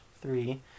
three